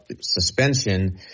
suspension